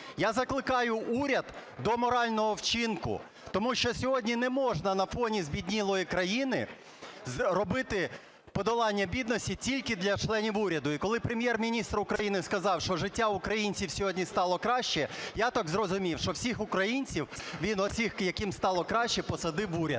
Я закликаю уряд до морального вчинку, тому що сьогодні не можна на фоні збіднілої країни робити подолання бідності тільки для членів уряду. І коли Прем’єр-міністр України сказав, що життя українців сьогодні стало краще, я так зрозумів, що всіх українців він оцих, яким стало краще, посадив в уряд.